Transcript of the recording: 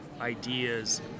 ideas